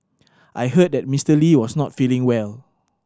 I heard that Mister Lee was not feeling well